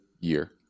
year